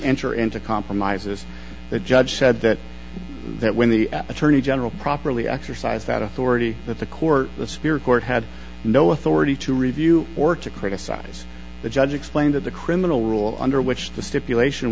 enter into compromises the judge said that that when the attorney general properly exercised that authority that the court the spirit court had no authority to review or to criticize the judge explained in the criminal rule under which the stipulation